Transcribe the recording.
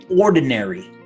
ordinary